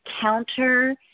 counter